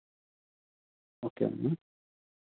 okay అండి